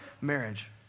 marriage